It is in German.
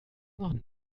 noch